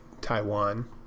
Taiwan